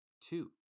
Two